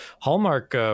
Hallmark –